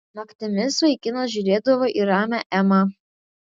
naktimis vaikinas žiūrėdavo į ramią emą